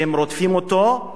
שרודפים אותו,